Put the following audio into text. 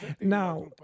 Now